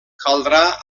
caldrà